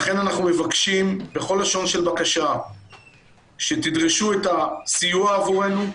לכן אנחנו מבקשים בכל לשון של בקשה שתדרשו את הסיוע עבורנו.